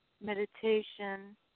meditation